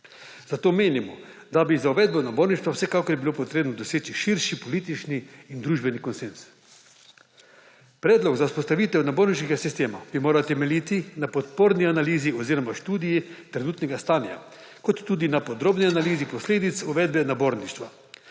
Zato menimo, da bi za uvedbo naborništva vsekakor bilo potrebno doseči širši politični in družbeni konsenz. Predlog za vzpostavitev naborniškega sistema bi moral temeljiti na podporni analizi oziroma študiji trenutnega stanja, kot tudi na podrobni analizi posledic uvedbe naborništva,